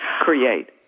create